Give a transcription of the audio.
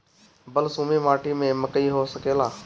बलसूमी माटी में मकई हो सकेला?